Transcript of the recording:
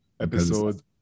Episode